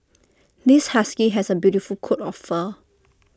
this husky has A beautiful coat of fur